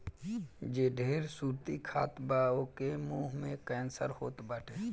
जे ढेर सुरती खात बा ओके के मुंहे के कैंसर होत बाटे